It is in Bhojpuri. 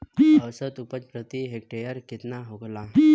औसत उपज प्रति हेक्टेयर केतना होला?